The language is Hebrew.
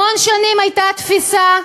המון שנים הייתה תפיסה בגרמניה,